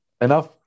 Enough